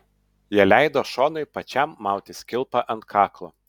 jie leido šonui pačiam mautis kilpą ant kaklo